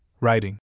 writing